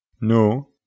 No